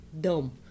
dumb